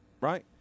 Right